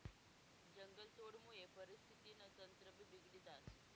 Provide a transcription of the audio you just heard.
जंगलतोडमुये परिस्थितीनं तंत्रभी बिगडी जास